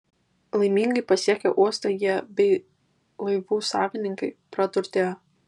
laimingai pasiekę uostą jie bei laivų savininkai praturtėjo